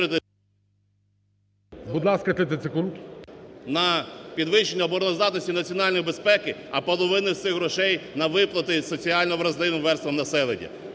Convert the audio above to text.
Будь ласка, 30 секунд. БУРБАК М.Ю. ... на підвищення обороноздатності, національної безпеки, а половину з цих грошей – на виплати соціально вразливим верствам населення.